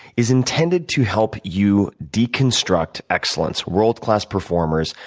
is intended to help you deconstruct excellence, world-class performers,